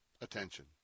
attention